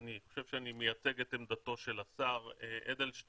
אני חושב שאני מייצג את עמדתו של השר אדלשטיין.